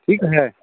ठीक है